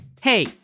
Hey